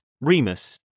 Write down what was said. Remus